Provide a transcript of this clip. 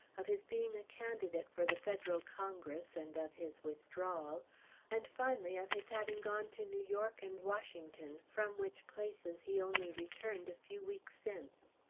of his being a candidate for the federal congress, and of his withdrawal and finally of his having gone to new york and washington, from which places he only returned a few weeks since.